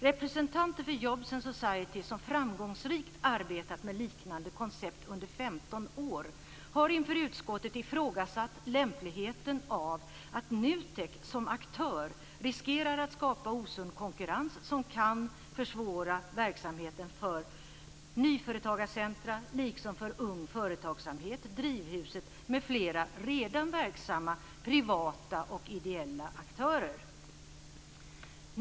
Representanter för Jobs and Society som framgångsrikt arbetat med liknande koncept under 15 år har inför utskottet ifrågasatt lämpligheten av att NU TEK som aktör riskerar att skapa osund konkurrens som kan försvåra verksamheten för Nyföretagarcentrum, liksom för Ung Företagsamhet, Drivhuset m.fl. redan verksamma privata och ideella aktörer.